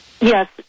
Yes